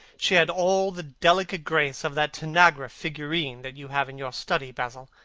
she had all the delicate grace of that tanagra figurine that you have in your studio, basil.